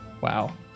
Wow